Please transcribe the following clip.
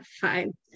fine